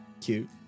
cute